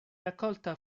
raccolta